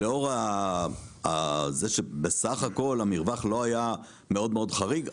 לאור העובדה שבסך הכל המרווח לא היה מאוד מאוד חריג,